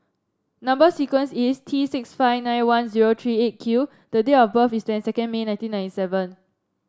number sequence is T six five nine one zero three Eight Q the date of birth is twenty second May nineteen ninety seven